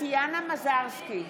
טטיאנה מזרסקי,